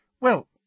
Well